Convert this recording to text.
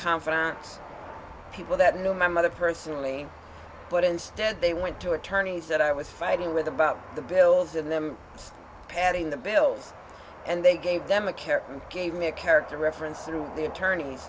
confidants people that knew my mother personally but instead they went to attorneys that i was fighting with about the bills and them padding the bills and they gave them a care and gave me a character reference through the attorneys